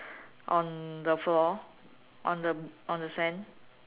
on the floor on the on the sand